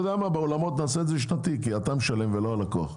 באולמות נעשה את זה שנתי, כי אתה משלם ולא הלקוח.